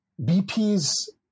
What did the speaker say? BP's